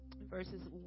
verses